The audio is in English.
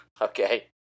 Okay